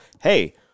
hey